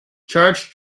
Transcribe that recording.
charge